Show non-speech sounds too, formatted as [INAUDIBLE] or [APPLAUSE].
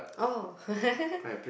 oh [LAUGHS]